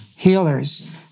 Healers